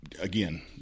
again